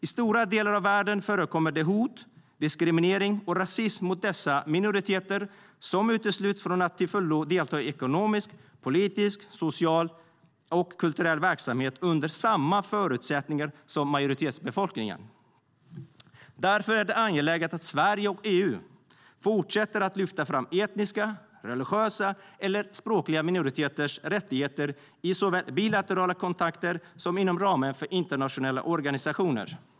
I stora delar av världen förekommer hot, diskriminering och rasism mot dessa minoriteter, som utesluts från att till fullo delta i ekonomisk, politisk, social och kulturell verksamhet under samma förutsättningar som majoritetsbefolkningen. Därför är det angeläget att Sverige och EU fortsätter att lyfta fram etniska, religiösa eller språkliga minoriteters rättigheter såväl i bilaterala kontakter som inom ramen för internationella organisationer.